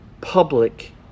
public